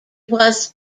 was